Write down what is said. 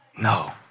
No